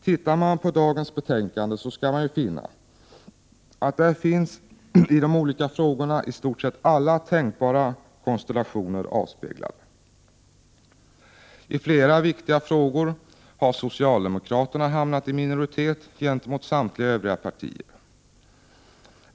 Läser man dagens betänkande skall man finna att där finns i de olika frågorna i stort sett alla tänkbara konstellationer avspeglade. I flera viktiga frågor har socialdemokraterna hamnat i minoritet gentemot samtliga övriga partier.